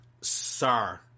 Sir